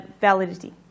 validity